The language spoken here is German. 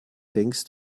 denkst